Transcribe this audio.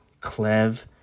Clev